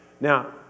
Now